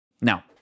Now